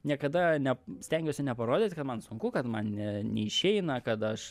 niekada ne stengiuosi neparodyti kad man sunku kad man ne neišeina kad aš